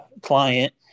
client